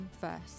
first